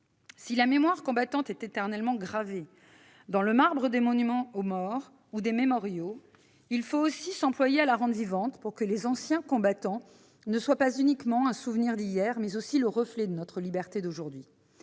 Si elle est éternellement gravée dans le marbre des monuments aux morts ou des mémoriaux, il faut aussi s'employer à la rendre vivante, pour que les anciens combattants ne soient pas uniquement un souvenir d'hier, mais aussi le symbole de notre liberté d'aujourd'hui.